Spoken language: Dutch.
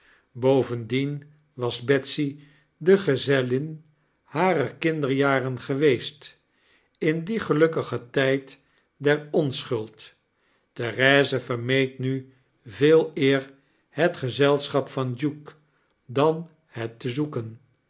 bovendien was betsy de gezellin harer kinderjaren geweest in dien gelukkigen tyd der onschuld therese verraeed nu veeleer hetgezelschap van duke dan het te zoeken